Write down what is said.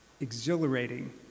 exhilarating